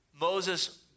Moses